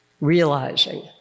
realizing